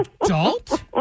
adult